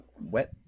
wet